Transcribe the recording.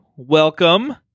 Welcome